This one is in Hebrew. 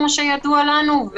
כמו שידוע לנו,